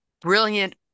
brilliant